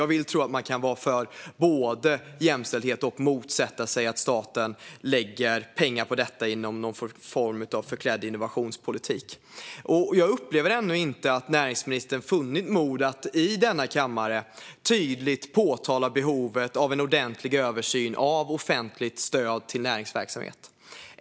Jag vill tro att man kan vara för jämställdhet och motsätta sig att staten lägger pengar på detta i någon form av förklädd innovationspolitik. Jag upplever ännu inte att näringsministern har funnit mod att i denna kammare tydligt framhålla behovet av en ordentlig översyn av offentligt stöd till näringsverksamhet.